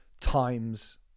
times